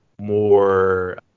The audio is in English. more